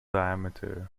diameter